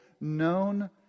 known